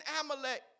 Amalek